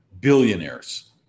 billionaires